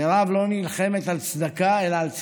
מירב לא נלחמת על צדקה אלא על צדק.